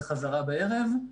וחזרה בערב,